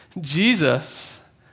Jesus